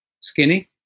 skinny